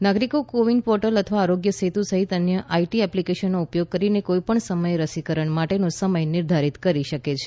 નાગરિકો કોવિન પોર્ટેલ અથવા આરોગ્ય સેતુ સહિત અન્ય આઈટી એપ્લિકેશનનો ઉપયોગ કરીને કોઈપણ સમયે રસીકરણ માટેનો સમય નિર્ધારિત કરી શકે છે